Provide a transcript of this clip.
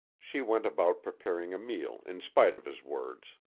she went about preparing a meal in spite of his words.